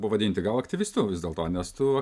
pavadinti gal aktyvistu vis dėl to nes tu